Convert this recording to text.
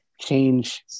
change